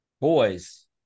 Boys